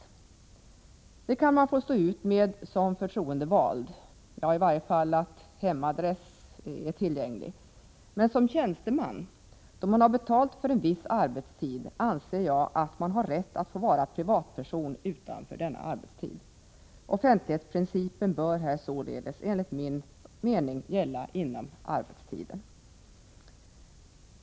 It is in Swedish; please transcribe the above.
Sådant kan man få stå ut med som förtroendevald — ja, i varje fall att ens hemadress är tillgänglig — men som tjänsteman, då man har betalt för en viss arbetstid, anser jag att man har rätt att få vara privatperson utanför denna arbetstid. Offentlighetsprincipen bör här således enligt min mening endast gälla inom arbetstiden.